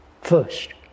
first